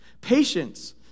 patience